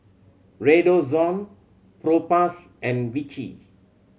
Redoxon Propass and Vichy